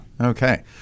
okay